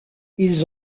ils